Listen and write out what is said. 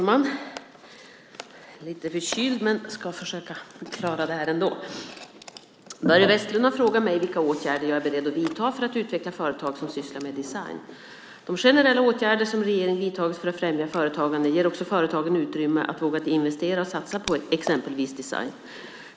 Herr talman! Börje Vestlund har frågat mig vilka åtgärder jag är beredd att vidta för att utveckla företag som sysslar med design. De generella åtgärder som regeringen har vidtagit för att främja företagande ger också företagen utrymme att våga investera och satsa på exempelvis design.